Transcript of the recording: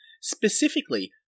Specifically